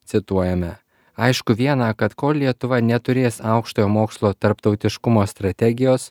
cituojame aišku viena kad kol lietuva neturės aukštojo mokslo tarptautiškumo strategijos